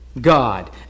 God